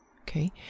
Okay